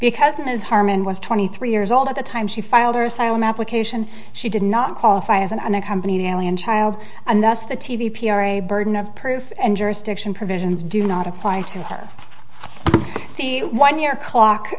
because it is harmon was twenty three years old at the time she filed her asylum application she did not qualify as an unaccompanied alien child and thus the t v p r a burden of proof and jurisdiction provisions do not apply to her the one year clock